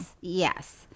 yes